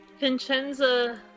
Vincenza